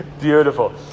Beautiful